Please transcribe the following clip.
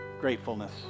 gratefulness